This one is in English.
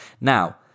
now